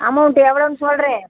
amount எவ்வளோன்னு சொல்கிறேன்